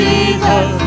Jesus